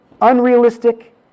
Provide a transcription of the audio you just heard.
unrealistic